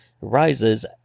rises